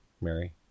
mary